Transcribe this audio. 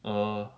哦